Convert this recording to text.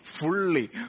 fully